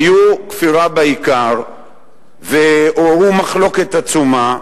היו כפירה בעיקר ועוררו מחלוקת עצומה,